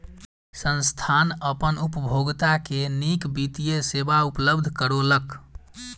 संस्थान अपन उपभोगता के नीक वित्तीय सेवा उपलब्ध करौलक